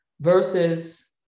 versus